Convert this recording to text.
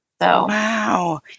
Wow